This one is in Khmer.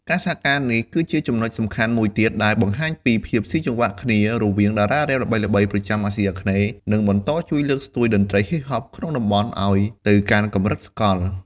ការសហការនេះគឺជាចំណុចសំខាន់មួយទៀតដែលបង្ហាញពីភាពស៊ីសង្វាក់គ្នារវាងតារារ៉េបល្បីៗប្រចាំអាស៊ីអាគ្នេយ៍ និងបន្តជួយលើកស្ទួយតន្ត្រីហ៊ីបហបក្នុងតំបន់ឱ្យទៅកាន់កម្រិតសកល។